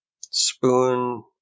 spoon